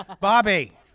bobby